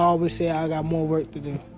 always say i got more work to do.